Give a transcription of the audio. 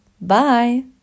Bye